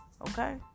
Okay